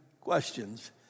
questions